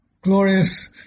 glorious